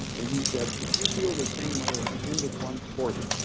and he said, if you feel the same way at the end of one quarter,